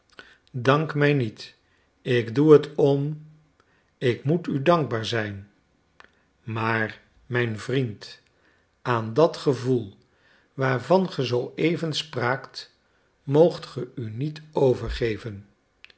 dank mij niet ik doe het om ik moet u dankbaar zijn maar mijn vriend aan dat gevoel waarvan ge zooeven spraakt moogt ge u niet overgeven